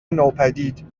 نوپدید